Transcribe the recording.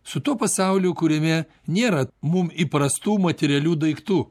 su tuo pasauliu kuriame nėra mum įprastų materialių daiktų